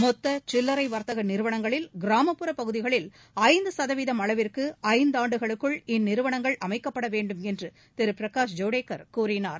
மொத்தசில்லரைவர்த்தகநிறுவனங்களில் கிராமப்புறப் பகுதிகளில் ஐந்துசதவிகிதம் அளவிற்குஐந்தாண்டுகளுக்குள் இந்நிறுவனங்கள் அமைக்கவேண்டுமென்றதிருபிரகாஷ் ஜவடேக்கர் கூறினார்